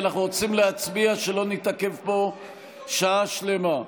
אנחנו רוצים להצביע, שלא נתעכב פה שעה שלמה.